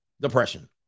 Depression